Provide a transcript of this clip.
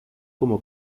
como